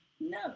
No